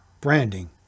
branding